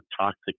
toxic